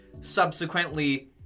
subsequently